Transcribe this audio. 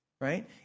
right